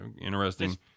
interesting